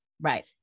right